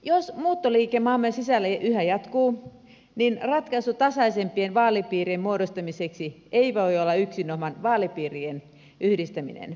jos muuttoliike maamme sisällä yhä jatkuu niin ratkaisu tasaisempien vaalipiirien muodostamiseksi ei voi olla yksinomaan vaalipiirien yhdistäminen